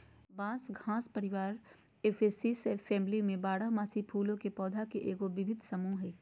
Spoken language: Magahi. बांस घास परिवार पोएसी सबफैमिली में बारहमासी फूलों के पौधा के एगो विविध समूह हइ